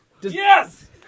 yes